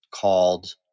called